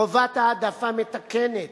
חובת העדפה מתקנת,